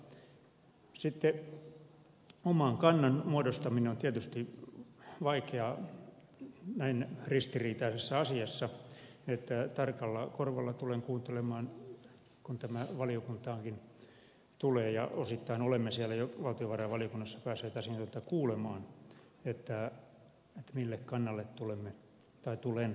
sitten oman kannan muodostaminen on tietysti vaikeaa näin ristiriitaisessa asiassa joten tarkalla korvalla tulen kuuntelemaan kun tämä valiokuntaankin tulee osittain olemme siellä jo valtiovarainvaliokunnassa päässeet asiantuntijoita kuulemaan mille kannalle tulen tässä asettumaan